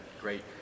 great